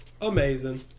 Amazing